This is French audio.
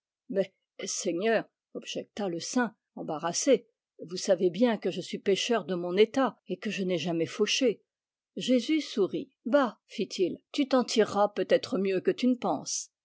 seigneur objecta le saint embarrassé vous savez bien que je suis pêcheur de mon état et que je n'ai jamais fauché jésus sourit bah fit-il tu t'en tireras peut-être mieux que tu ne penses